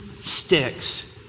sticks